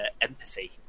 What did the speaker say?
empathy